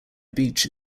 beach